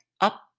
up